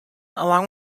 along